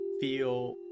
feel